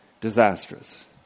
disastrous